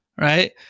Right